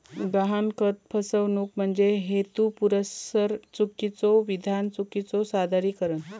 गहाणखत फसवणूक म्हणजे हेतुपुरस्सर चुकीचो विधान, चुकीचो सादरीकरण